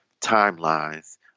timelines